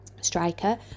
striker